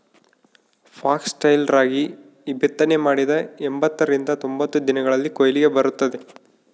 foxtail ರಾಗಿ ಬಿತ್ತನೆ ಮಾಡಿದ ಎಂಬತ್ತರಿಂದ ತೊಂಬತ್ತು ದಿನಗಳಲ್ಲಿ ಕೊಯ್ಲಿಗೆ ಬರುತ್ತದೆ